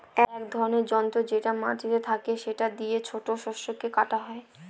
এক ধরনের যন্ত্র যেটা মাটিতে থাকে সেটা দিয়ে ছোট শস্যকে কাটা হয়